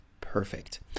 perfect